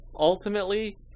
ultimately